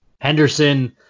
Henderson